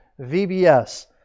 VBS